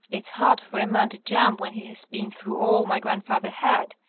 it's hard for a man to jump when he has been through all my grandfather had,